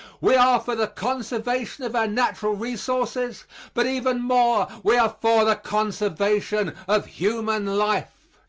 we are for the conservation of our natural resources but even more we are for the conservation of human life.